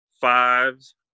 fives